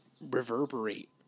reverberate